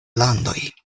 landoj